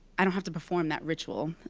i don't have to perform that ritual.